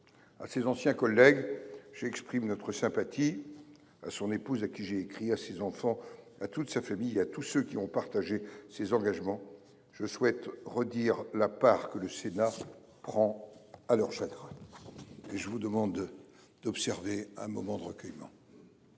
À ses anciens collègues, j’exprime notre sympathie. À son épouse, à qui j’ai écrit, à ses enfants, à toute sa famille et à tous ceux qui ont partagé ses engagements, je souhaite redire la part que le Sénat prend à leur chagrin. Je vous propose d’observer un instant de recueillement.